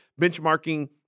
benchmarking